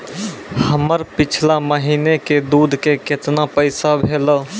हमर पिछला महीने के सुध के केतना पैसा भेलौ?